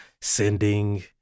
sending